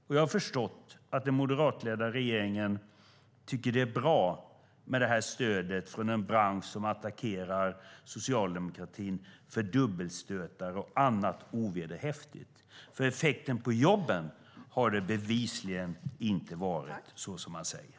Och jag har förstått att den moderatledda regeringen tycker att det är bra med stödet från en bransch som attackerar socialdemokratin för dubbelstötar och annat ovederhäftigt. Effekten på jobben har nämligen bevisligen inte varit som man säger.